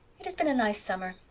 it has been a nice summer,